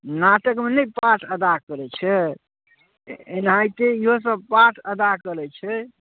नाटकमे नहि पात्र अदा करै छै एनाहिते इहोसब पात्र अदा करै छै